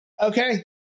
Okay